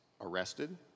arrested